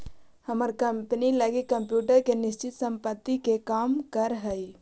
हमर कंपनी लगी कंप्यूटर निश्चित संपत्ति के काम करऽ हइ